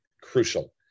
crucial